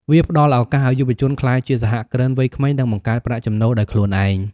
វាផ្តល់ឱកាសឱ្យយុវជនក្លាយជា សហគ្រិនវ័យក្មេង និងបង្កើតប្រាក់ចំណូលដោយខ្លួនឯង។